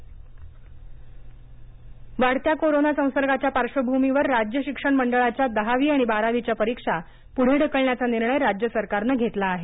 दहावी बारावी वाढत्या कोरोना संसर्गाच्या पार्श्वभूमीवर राज्य शिक्षण मंडळाच्या दहावी आणि बारावीच्या परीक्षा पुढे ढकलण्याचा निर्णय राज्य सरकारनं घेतला आहे